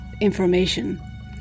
Information